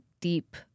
deep